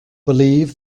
believe